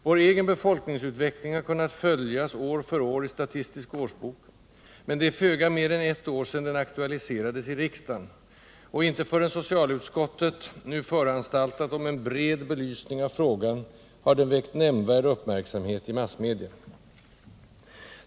Vår egen befolkningsutveckling har kunnat följas år för år i Statistisk årsbok, men det är föga mer än ett år sedan den aktualiserades i riksdagen, och inte förrän socialutskottet nu föranstaltat om en bred belysning av frågan har den väckt någon nämnvärd uppmärksamhet i massmedia.